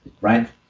Right